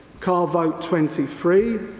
card vote twenty three,